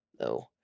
No